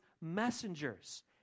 messengers